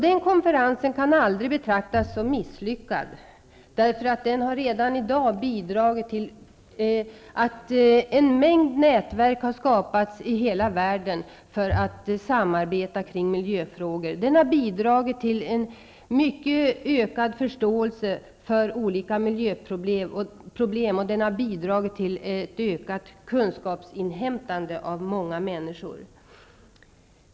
Riokonferensen kan aldrig betraktas som misslyckad, eftersom den redan har bidragit till att en mängd nätverk har skapats i hela världen för ett samarbete i miljöfrågor. Riokonferensen har bidragit till en ökad förståelse för olika miljöproblem och till ett ökat kunskapsinhämtande för många människor.